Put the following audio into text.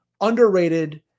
underrated